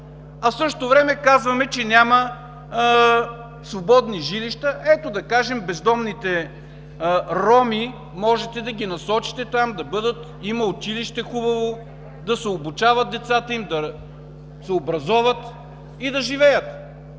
а в същото време казваме, че няма свободни жилища. Ето, да кажем, бездомните роми можете да ги насочите там. Има хубаво училище – да се обучават децата им, да се образоват и да живеят,